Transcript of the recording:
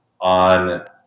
on